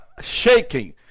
shaking